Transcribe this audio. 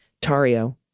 Tario